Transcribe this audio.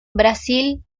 brasil